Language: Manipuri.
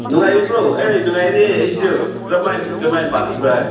ꯅꯨꯡꯉꯥꯏꯔꯤꯕ꯭ꯔꯣ ꯑꯦ ꯅꯨꯡꯉꯥꯏꯔꯤꯌꯦ ꯑꯩꯁꯨ ꯀꯔꯝꯃꯥꯏ ꯀꯃꯥꯏ ꯄꯥꯜꯂꯤꯕ